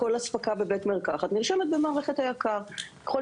אספקה בבית מרקחת נרשמת במערכת היק"ר ככל